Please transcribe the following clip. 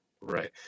Right